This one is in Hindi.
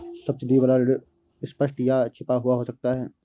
सब्सिडी वाला ऋण स्पष्ट या छिपा हुआ हो सकता है